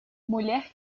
mulher